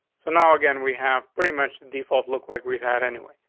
so now again, we have pretty much the default look like we've had anyway.